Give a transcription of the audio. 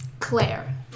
Claire